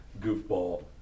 goofball